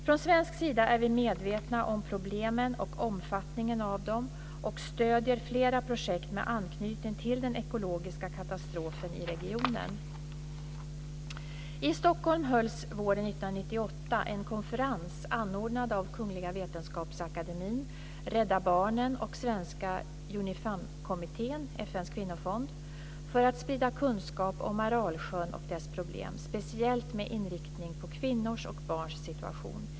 Från svensk sida är vi medvetna om problemen och omfattningen av dem och stöder flera projekt med anknytning till den ekologiska katastrofen i regionen. I Stockholm hölls våren l998 en konferens anordnad av Kungliga vetenskapsakademien, Rädda Barnen och Svenska UNIFEM-kommittén - FN:s kvinnofond - för att sprida kunskap om Aralsjön och dess problem, speciellt med inriktning på kvinnors och barns situation.